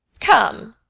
come,